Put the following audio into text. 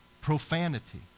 profanity